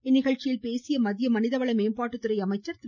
இந்நிகழ்ச்சியில் பேசிய மத்திய மனிதவள மேம்பாட்டுத்துறை அமைச்சர் திரு